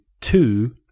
two